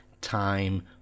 time